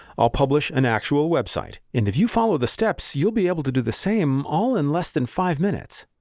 i'll publish an actual website and if you follow the steps you'll be able to do the same all in less than five minutes!